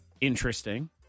Interesting